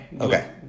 Okay